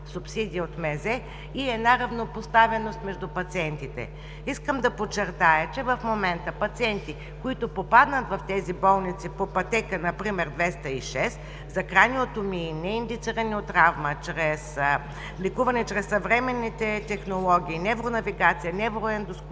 субсидия от Министерството, и равнопоставеност между пациентите. Искам да подчертая, че в момента за пациенти, които попаднат в тези болници по пътека например 206: за краниотомии, неиндицирани от травма, лекуване чрез съвременни технологии – невронавигация, невроендоскопия